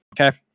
Okay